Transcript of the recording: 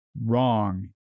wrong